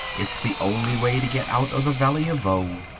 it's the only way to get out of the valley of voe.